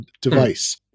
device